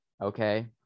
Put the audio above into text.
okay